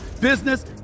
business